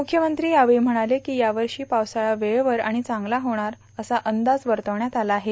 मुख्यमंत्री यावेळी म्हणाले यावर्षी पावसाळा वेळेवर आणि चांगला होणार असा अंदाज वर्तविण्यात आला आहे